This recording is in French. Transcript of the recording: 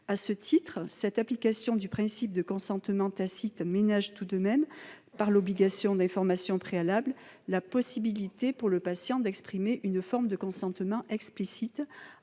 ouverture. Cette application du principe de consentement tacite ménage tout de même, par cette obligation d'information préalable, la possibilité pour le patient d'exprimer une forme de consentement explicite,